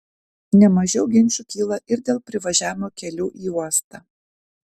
ne mažiau ginčų kyla ir dėl privažiavimo kelių į uostą